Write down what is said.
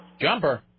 Jumper